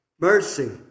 mercy